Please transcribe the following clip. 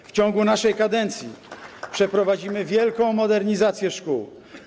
W trakcie naszej kadencji przeprowadzimy wielką modernizację szkół.